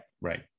Right